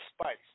spice